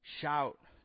Shout